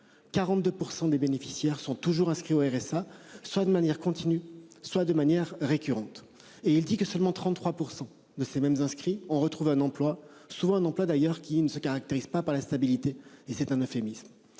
42% des bénéficiaires sont toujours inscrits au RSA, soit de manière continue, soit de manière récurrente et il dit que seulement 33% de ces mêmes inscrits ont retrouvé un emploi souvent un emploi d'ailleurs qui ne se caractérise pas par la stabilité et c'est un euphémisme.